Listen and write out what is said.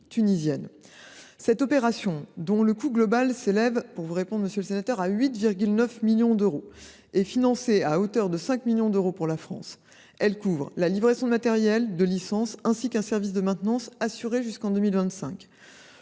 tunisienne. Cette opération, dont le coût global s’élève à 8,9 millions d’euros, monsieur le sénateur, est financée à hauteur de 5 millions d’euros par la France. Elle couvre la livraison de matériels et de licences, ainsi qu’un service de maintenance assuré jusqu’en 2025.